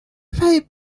five